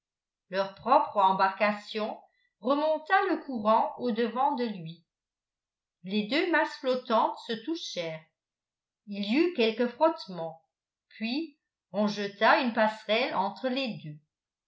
leur propre embarcation remonta le courant au devant de lui les deux masses flottantes se touchèrent il y eut quelque frottement puis on jeta une passerelle entre les deux